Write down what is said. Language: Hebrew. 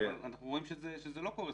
אבל אנחנו רואים שזה לא קורה,